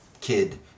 kid